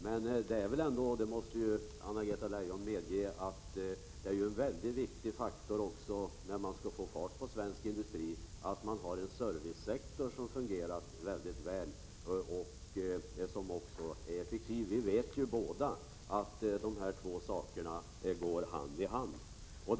Anna-Greta Leijon måste ändå medge, att när man skall få fart på svensk industri är det mycket viktigt att det finns en servicesektor som fungerar väl och är effektiv — industrin och servicesektorn går där hand i hand.